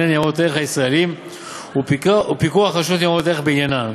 ניירות ערך הישראליים ופיקוח רשות ניירות ערך בעניינן.